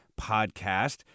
podcast